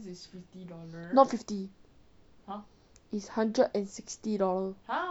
not fifty it's hundred and sixty dollar